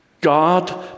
God